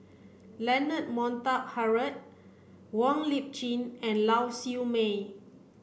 Leonard Montague Harrod Wong Lip Chin and Lau Siew Mei